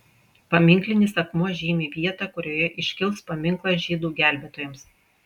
paminklinis akmuo žymi vietą kurioje iškils paminklas žydų gelbėtojams